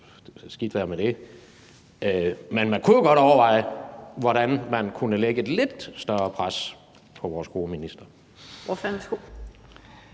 skidt være med det – hvordan man kunne lægge et lidt større pres på vores gode minister.